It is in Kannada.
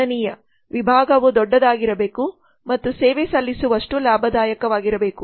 ಗಣನೀಯ ವಿಭಾಗವು ದೊಡ್ಡದಾಗಿರಬೇಕು ಮತ್ತು ಸೇವೆ ಸಲ್ಲಿಸುವಷ್ಟು ಲಾಭದಾಯಕವಾಗಿರಬೇಕು